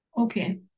Okay